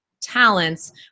talents